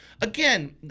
again